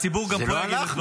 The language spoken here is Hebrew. הציבור גם פה יגיד את